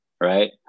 right